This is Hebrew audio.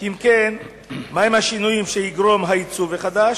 2. אם כן, מה הם השינויים שיגרום "העיצוב החדש"?